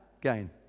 gain